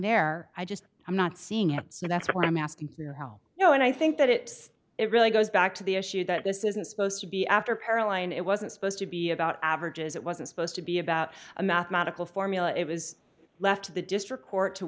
there i just i'm not seeing it so that's what i'm asking you how you know and i think that it it really goes back to the issue that this isn't supposed to be after caroline it wasn't supposed to be about averages it wasn't supposed to be about a mathematical formula it was left to the district court to